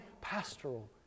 pastoral